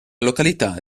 località